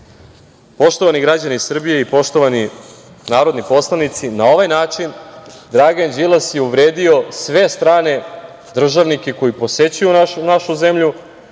građani Srbije i poštovani narodni poslanici, na ovaj način Dragan Đilas je uvredio sve strane državnike koji posećuju našu zemlju,